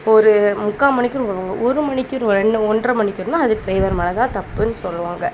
ஒரு முக்கால் மணிக்கிரும் பொறுப்பாங்கள் ஒரு மணிக்கிரும் ரெண் ஒன்றரை மணிக்கிரும்னால் அது ட்ரைவர் மேலே தான் தப்புன்னு சொல்லுவாங்கள்